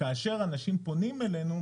כאשר אנשים פונים אלינו,